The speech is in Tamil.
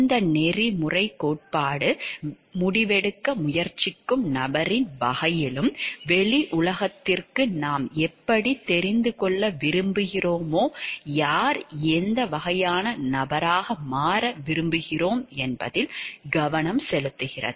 இந்த நெறிமுறைக் கோட்பாடு முடிவெடுக்க முயற்சிக்கும் நபரின் வகையிலும் வெளி உலகத்திற்கு நாம் எப்படித் தெரிந்துகொள்ள விரும்புகிறோமோ யார் எந்த வகையான நபராக மாற விரும்புகிறோம் என்பதில் கவனம் செலுத்துகிறது